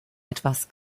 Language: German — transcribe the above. etwas